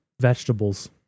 vegetables